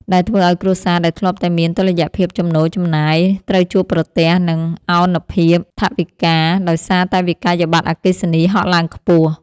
ដែលធ្វើឱ្យគ្រួសារដែលធ្លាប់តែមានតុល្យភាពចំណូលចំណាយ ត្រូវជួបប្រទះនឹងឱនភាពថវិកាដោយសារតែវិក្កយបត្រអគ្គិសនីហក់ឡើងខ្ពស់។